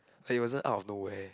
like it wasn't out of nowhere